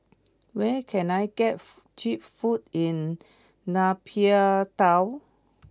where can I get food cheap food in Nay Pyi Taw